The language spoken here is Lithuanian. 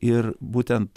ir būtent